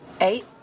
eight